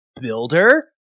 Builder